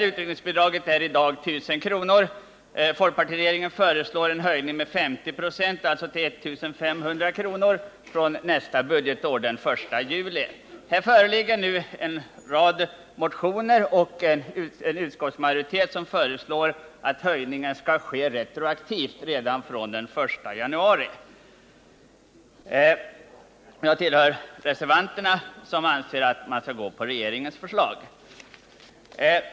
Utryckningsbidraget skall hjälpa vederbörande från utryckningsdagen tills han får den första lönen efter värnplikten. Här föreligger nu en rad motioner, tillstyrkta av utskottsmajoriteten, som föreslår att höjningen skall ske retroaktivt redan från den 1 januari 1979. Jag tillhör reservanterna, som anser att man skall följa regeringens förslag.